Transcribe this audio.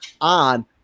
on